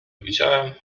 widziałem